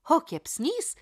o kepsnys